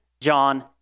John